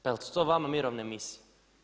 Jesu to vama mirovne misije?